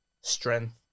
strength